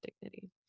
dignity